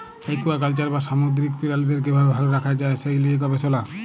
aquaculture বা সামুদ্দিরিক পিরালিদের কিভাবে ভাল রাখা যায় সে লিয়ে গবেসলা